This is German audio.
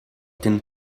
dem